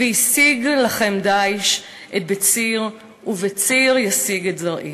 "והשיג לכם דיש את בציר ובציר ישיג את זרע".